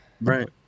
Right